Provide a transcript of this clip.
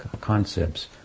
concepts